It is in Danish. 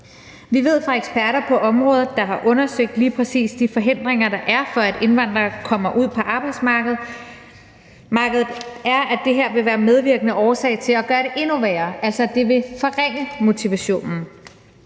Vi ved fra eksperter på området, der har undersøgt lige præcis de forhindringer, der er, for at indvandrere kommer ud på arbejdsmarkedet, at det her vil være en medvirkende årsag til at gøre det endnu værre – altså at det vil forringe motivationen.